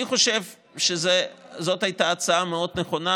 אני חושב שזאת הייתה הצעה מאוד נכונה,